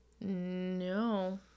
No